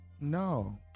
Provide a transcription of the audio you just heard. no